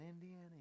Indiana